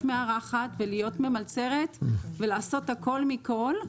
מארחת ולהיות ממלצרת ולעשות הכול מכל.